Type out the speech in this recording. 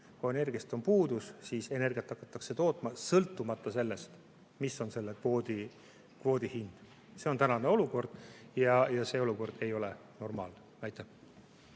Kui energiast on puudus, siis energiat hakatakse tootma sõltumata sellest, mis on kvoodi hind. Selline on praegune olukord ja see olukord ei ole normaalne.